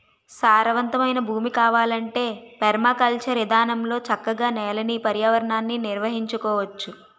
సారవంతమైన భూమి కావాలంటే పెర్మాకల్చర్ ఇదానంలో చక్కగా నేలని, పర్యావరణాన్ని నిర్వహించుకోవచ్చు